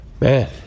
Man